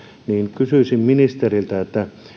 kysyisin ministeriltä